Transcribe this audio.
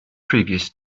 previous